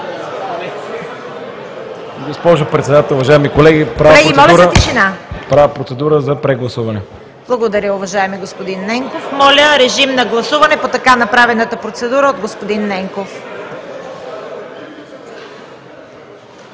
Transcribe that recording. Госпожо Председател, уважаеми колеги, правя процедура за прегласуване. ПРЕДСЕДАТЕЛ ЦВЕТА КАРАЯНЧЕВА: Благодаря, уважаеми господин Ненков. Моля, режим на гласуване по така направената процедура от господин Ненков.